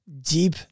deep